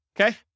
okay